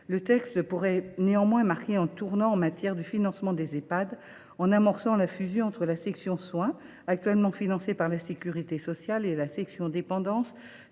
Le texte pourrait néanmoins marquer un tournant en matière de financement des Ehpad, en amorçant la fusion entre la section « soins », actuellement financée par la sécurité sociale, et la section « dépendance »,